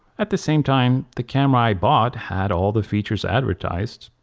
at the same time the camera i bought had all the features advertised.